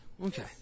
Okay